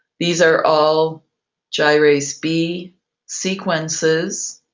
these are all gyrase b sequences.